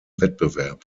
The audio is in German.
wettbewerb